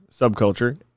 subculture